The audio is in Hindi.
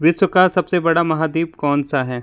विश्व का सबसे बड़ा महाद्वीप कौन सा है